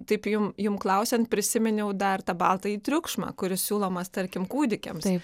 taip jum jum klausiant prisiminiau dar tą baltąjį triukšmą kuris siūlomas tarkim kūdikiams